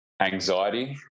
Anxiety